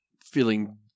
Feeling